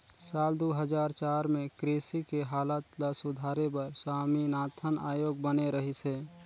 साल दू हजार चार में कृषि के हालत ल सुधारे बर स्वामीनाथन आयोग बने रहिस हे